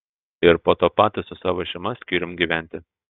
ir po to patys su savo šeima skyrium gyventi